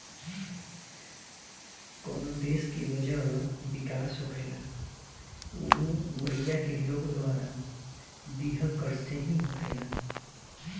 कवनो देश के वजह विकास होखेला उ ओइजा के लोग द्वारा दीहल कर से ही होखेला